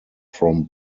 from